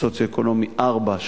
סוציו-אקונומי 4,